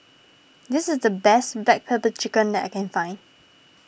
this is the best Black Pepper Chicken that I can find